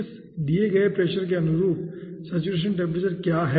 इस दिए गए प्रेशर के अनुरूप सेचुरेशन टेम्परेचर क्या है